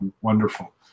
wonderful